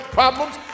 problems